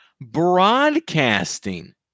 Broadcasting